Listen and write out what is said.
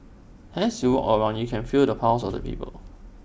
as you walk around you can feel the pulse of the people